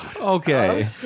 Okay